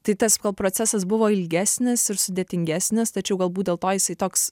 tai tas procesas buvo ilgesnis ir sudėtingesnis tačiau galbūt dėl to jisai toks